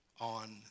on